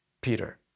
Peter